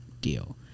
deal